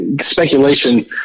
speculation